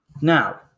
Now